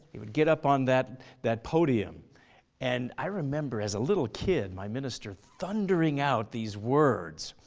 he would get up on that that podium and i remember as a little kid my minister thundering out these words,